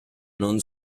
non